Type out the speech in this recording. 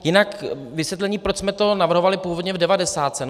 Jinak vysvětlení, proč jsme to navrhovali původně v devadesátce.